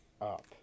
up